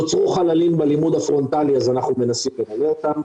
נוצרו חללים בלימוד הפרונטלי אז אנחנו מנסים למלא אותם.